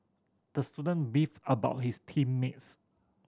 the student beefed about his team mates